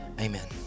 Amen